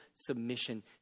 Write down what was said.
submission